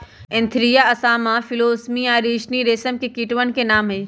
Antheraea असामा फिलोसामिया रिसिनी रेशम के कीटवन के नाम हई